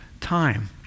time